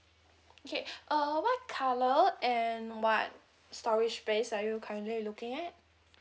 okay uh what colour and what storage space are you currently looking at